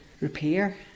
repair